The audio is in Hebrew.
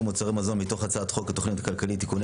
מוצרי מזון) מתוך הצעת חוק התוכנית הכלכלית (תיקוני